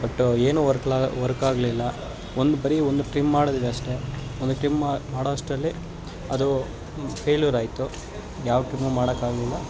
but ಏನೂ work ಲಾ work ಆಗಲಿಲ್ಲ ಒಂದು ಬರೀ ಒಂದು ಟ್ರಿಮ್ ಮಾಡೋದಿದೆ ಅಷ್ಟೇ ಒಂದು ಟ್ರಿಮ್ ಮಾಡೋ ಅಷ್ಟರಲ್ಲಿ ಅದು ಫೇಲ್ಯೂರ್ ಆಯಿತು ಯಾವ ಟ್ರಿಮ್ಮು ಮಾಡೋಕ್ಕಾಗ್ಲಿಲ್ಲ